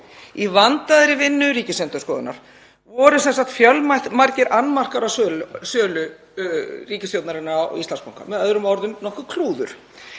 í vandaðri vinnu Ríkisendurskoðunar. Það voru fjölmargir annmarkar á sölu ríkisstjórnarinnar á Íslandsbanka. Með öðrum orðum nokkurt klúður.